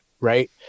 Right